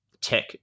tech